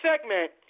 segment